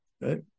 right